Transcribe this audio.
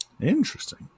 interesting